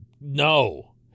no